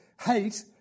hate